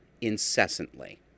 incessantly